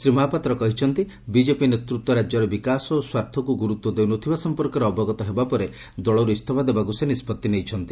ଶ୍ରୀ ମହାପାତ୍ର କହିଛନ୍ତି ବିଜେପି ନେତୃତ୍ୱ ରାକ୍ୟର ବିକାଶ ଓ ସ୍ୱାର୍ଥକୁ ଗୁରୁତ୍ୱ ଦେଉନଥିବା ସମ୍ମର୍କରେ ଅବଗତ ହେବା ପରେ ଦଳରୁ ଇସ୍ତଫା ଦେବାକୁ ସେ ନିଷ୍ବଉି ନେଇଛନ୍ତି